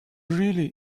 really